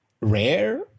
rare